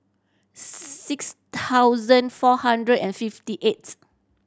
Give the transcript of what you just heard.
six thousand four hundred and fifty eighth